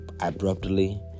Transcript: abruptly